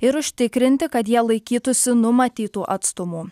ir užtikrinti kad jie laikytųsi numatytų atstumų